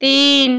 তিন